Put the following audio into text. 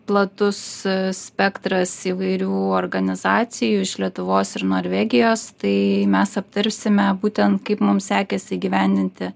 platus spektras įvairių organizacijų iš lietuvos ir norvegijos tai mes aptarsime būtent kaip mum sekėsi įgyvendinti